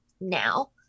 now